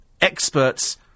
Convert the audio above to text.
Experts